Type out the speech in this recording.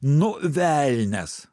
nu velnias